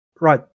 right